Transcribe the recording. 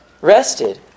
rested